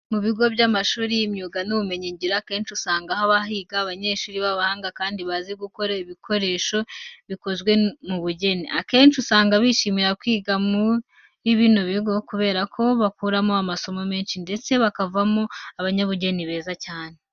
Mu bigo by'amashuri y'imyuga n'ubumenyingiro akenshi usanga haba higa abanyeshuri b'abahanga kandi bazi gukora ibikoresho bikozwe mu bugeni. Akenshi usanga bishimira kwiga muri bino bigo kubera ko bakuramo amasomo menshi ndetse bakavamo abanyabugeni beza cyane.